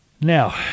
now